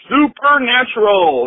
Supernatural